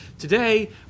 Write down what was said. Today